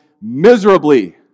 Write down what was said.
miserably